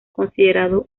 considerado